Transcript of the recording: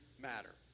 matter